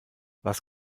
was